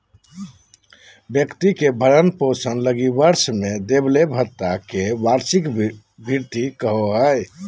व्यक्ति के भरण पोषण लगी वर्ष में देबले भत्ता के वार्षिक भृति कहो हइ